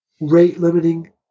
rate-limiting